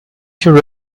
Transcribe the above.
should